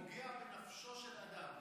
פוגע בנפשו של אדם.